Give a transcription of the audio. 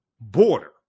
border